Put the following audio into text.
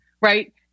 right